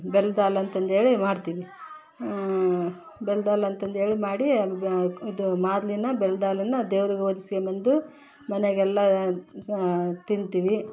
ಬೆಲ್ದ ಹಾಲ್ ಅಂತಂದೇಳಿ ಮಾಡ್ತೀವಿ ಬೆಲ್ದ ಹಾಲ್ ಅಂತಂದೇಳಿ ಮಾಡಿ ಬ ಕ್ ಇದು ಮಾದಲಿನ ಬೆಲ್ದ ಹಾಲನ್ನ ದೇವ್ರಿಗೆ ಓದಿಸ್ಕೊಂಬಂದು ಮನೆಗೆಲ್ಲ ತಿಂತೀವಿ